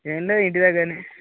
ఏం లేదు ఇంటి దగ్గర